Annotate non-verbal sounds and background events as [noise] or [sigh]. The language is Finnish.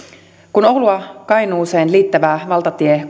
kun oulun kainuuseen liittävää valtatie [unintelligible]